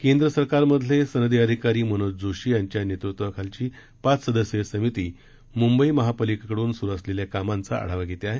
केंद्र सरकारमधील सनदी अधिकारी मनोज जोशी यांच्या नेतृत्वाखालील पाच सदस्यीय समिती मुंबई महापालिकेकडून सुरू असलेल्या कामाचा आढावा घेत आहे